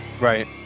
right